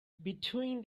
between